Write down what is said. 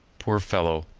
poor fellow,